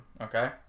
okay